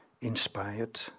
inspired